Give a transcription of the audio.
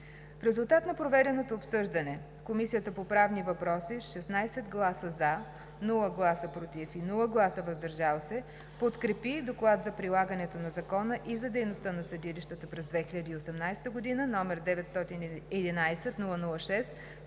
резултат на проведеното обсъждане Комисията по правни въпроси с 16 гласа „за“, без „против“ и „въздържал се“ подкрепи Доклад за прилагането на закона и за дейността на съдилищата през 2018 г., № 911-00-6,